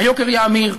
והיוקר יאמיר: